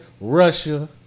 Russia